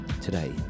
today